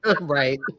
right